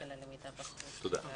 תודה.